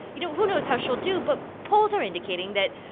you know, who knows how she'll do? but polls are indicating that,